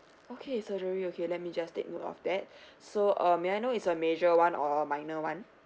okay surgery okay let me just take note of that so uh may I know it's a major [one] or minor [one]